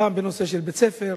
פעם בנושא של בית-ספר,